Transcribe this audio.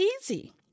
easy